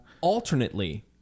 Alternately